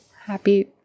Happy